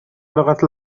لغة